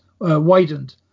widened